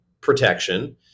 protection